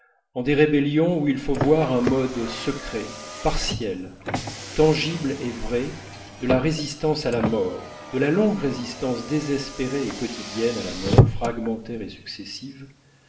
en des rébellions où il faut voir un mode secret partiel tangible et vrai de la résistance à la mort de la longue résistance désespérée et quotidienne à la mort fragmentaire et successive